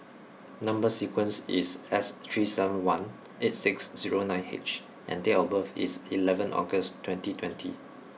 number sequence is S three seven one eight six zero nine H and date of birth is eleven August twenty twenty